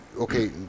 okay